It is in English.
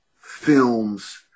films